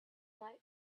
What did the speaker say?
not